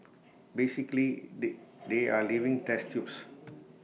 basically they they are living test tubes